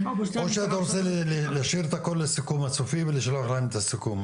או שאתה רוצה להשאיר הכל לסיכום הצופים ולשלוח להם את הסיכום?